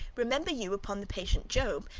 remember you upon the patient job,